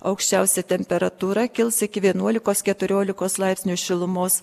aukščiausia temperatūra kils iki vienuolikos keturiolikos laipsnių šilumos